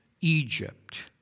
Egypt